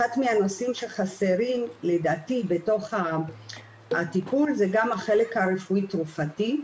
אחד מהנושאים שחסרים לדעתי בתוך הטיפול זה גם החלק הרפואי-תרופתי.